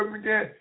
again